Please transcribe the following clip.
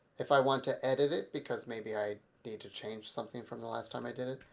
if i want to edit it, because maybe i need to change something from the last time i did it,